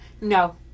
No